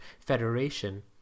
federation